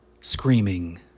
screaming